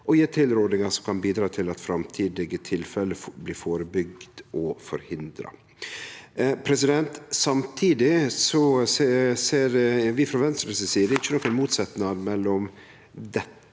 og gje tilrådingar som kan bidra til at framtidige tilfelle blir førebygde og forhindra. Samtidig ser vi frå Venstre si side ikkje nokon motsetnad mellom dette